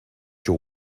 your